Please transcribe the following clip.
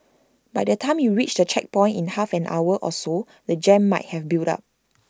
by the time you reach the checkpoint in half an hour or so the jam might have built up